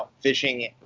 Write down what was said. fishing